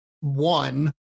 one